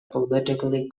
politically